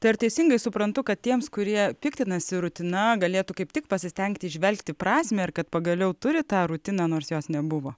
tai ar teisingai suprantu kad tiems kurie piktinasi rutina galėtų kaip tik pasistengti įžvelgti prasmę ir kad pagaliau turi tą rutiną nors jos nebuvo